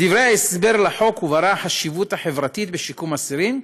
בדברי ההסבר לחוק הובהרה החשיבות החברתית בשיקום אסירים,